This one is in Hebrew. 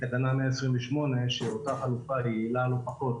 תקנה 128, שאותה חלופה יעילה לא פחות